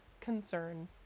concern